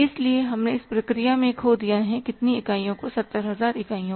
इसलिए हमने इस प्रक्रिया में खो दिया है कि कितनी इकाइयाँ 30000 इकाइयाँ